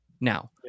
Now